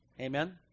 Amen